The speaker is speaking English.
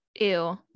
Ew